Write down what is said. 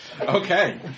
Okay